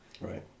Right